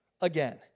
again